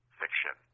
fiction